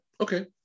okay